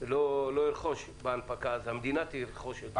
לא ירכוש בהנפקה, אז המדינה תרכוש את זה.